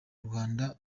rwanda